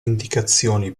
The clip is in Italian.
indicazioni